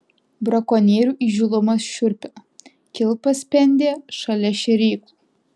brakonierių įžūlumas šiurpina kilpas spendė šalia šėryklų